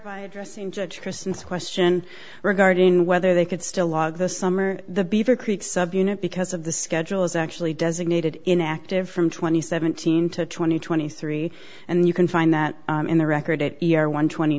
by addressing judge kristen's question regarding whether they could still log the summer the beavercreek subunit because of the schedule is actually designated inactive from twenty seventeen to twenty twenty three and you can find that in the record year one twenty